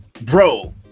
bro